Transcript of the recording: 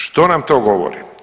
Što nam to govori?